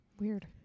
Weird